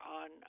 on